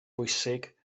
bwysig